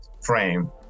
frame